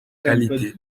qualité